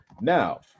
Now